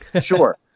Sure